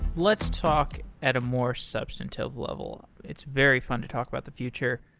let's talk at a more substantive level. it's very fun to talk about the future,